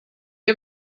you